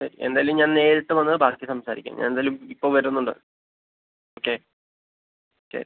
എന്തായാലും ഞാൻ നേരിട്ട് വന്ന് ബാക്കി സംസാരിക്കാം ഞാൻ എന്തായാലും ഇപ്പോൾ വരുന്നുണ്ട് ഓക്കെ ശരി